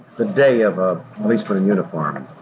the day of a policeman in uniform?